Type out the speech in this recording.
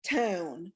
town